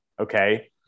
Okay